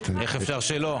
איך אפשר שלא.